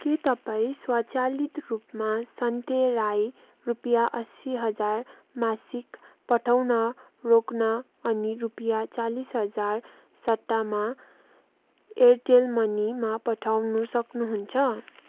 के तपाईँ स्वचालित रूपमा सन्ते राई रुपियाँ असी हजार मासिक पठाउन रोक्न अनि रुपियाँ चालिस हजार सट्टामा एयरटेल मनीमा पठाउन सक्नुहुन्छ